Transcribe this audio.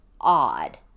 odd